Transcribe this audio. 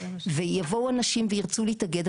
ויבואו אנשים וירצו להתאגד.